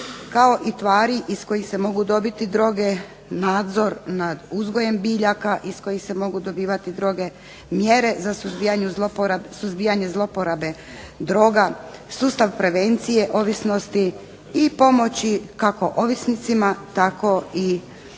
kao i tvari iz kojih se mogu dobiti droge, nadzor nad uzgojem biljaka iz kojih se mogu dobivati droge, mjere za suzbijanje zlouporabe droga, sustav prevencije ovisnosti i pomoći kako ovisnicima tako i povremenim